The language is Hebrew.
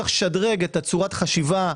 יש לשדרג את צורת החשיבה,